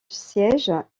siège